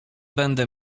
będę